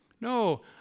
No